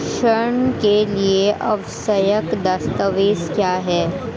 ऋण के लिए आवश्यक दस्तावेज क्या हैं?